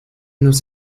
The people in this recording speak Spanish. los